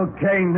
Okay